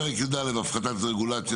פרק י"א (הפחתת רגולציה),